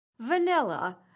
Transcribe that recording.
Vanilla